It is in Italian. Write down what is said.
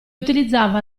utilizzava